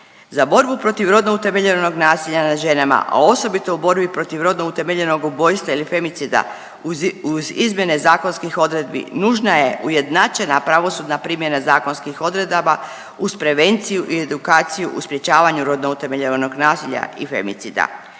Za borbu protiv rodno utemeljenog nasilja nad ženama, a osobito u borbi protiv rodno utemeljenog ubojstva ili femicida uz izmjene zakonskih odredbi nužna je ujednačena pravosudna primjena zakonskih odredaba uz prevenciju i edukaciju u sprječavanju rodno utemeljenog nasilja i femicida.